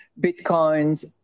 bitcoins